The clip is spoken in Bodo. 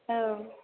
औ